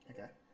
Okay